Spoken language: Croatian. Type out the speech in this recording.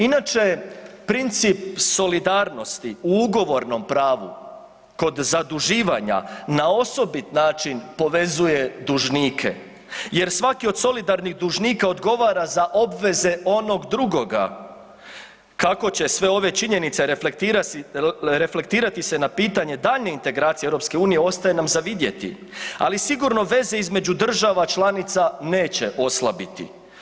Inače princip solidarnosti u ugovornom pravu kod zaduživanja na osobit način povezuje dužnike jer svaki od solidarnih dužnika odgovara za obveze onog drugoga kako će sve ove činjenice reflektirati se na pitanje daljnje integracije EU ostaje nam za vidjeti, ali sigurno veze između država članica neće oslabiti.